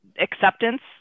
acceptance